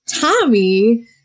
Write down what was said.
tommy